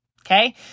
Okay